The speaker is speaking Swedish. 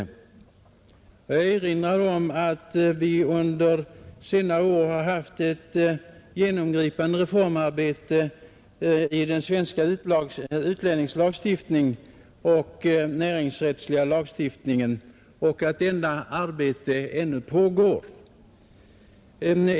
”osättnings Jag erinrar om att vi under senare år utfört ett genomgripande inmvenonen reformarbete i den svenska utlänningslagstiftningen och i den näringsrättsliga lagstiftningen, ett arbete som ännu pågår.